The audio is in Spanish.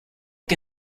que